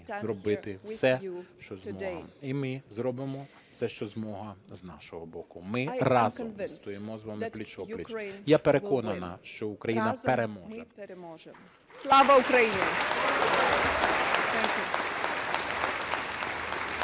зробити все, що змога. І ми зробимо все, що змога з нашого боку. Ми разом, ми стоїмо з вами пліч-о-пліч. Я переконана, що Україна переможе. Слава Україні!